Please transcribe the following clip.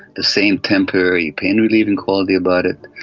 the same temporary pain-relieving quality about it,